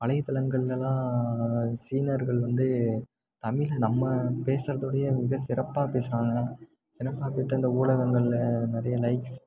வலைத்தளங்கள்லெலாம் சீனர்கள் வந்து தமிழ் நம்ம பேசுகிறதவிடய மிக சிறப்பாக பேசுகிறாங்க சிறப்பாக போய்விட்டு அந்த ஊடகங்களில் நிறைய லைக்ஸ்